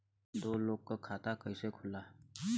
दो लोगक खाता कइसे खुल्ला?